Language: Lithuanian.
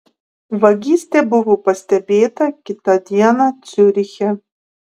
vagystė buvo pastebėta kitą dieną ciuriche